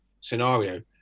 scenario